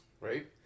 right